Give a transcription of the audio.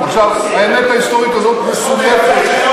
עכשיו, האמת ההיסטורית הזאת מסולפת.